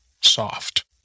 soft